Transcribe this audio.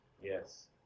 Yes